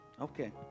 Okay